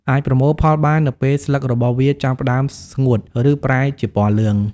អាចប្រមូលផលបាននៅពេលស្លឹករបស់វាចាប់ផ្តើមស្ងួត ឬប្រែជាពណ៌លឿង។